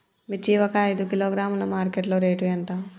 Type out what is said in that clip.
మిర్చి ఒక ఐదు కిలోగ్రాముల మార్కెట్ లో రేటు ఎంత?